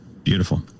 Beautiful